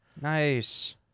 Nice